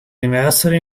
anniversary